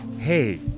Hey